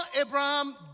Abraham